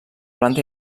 planta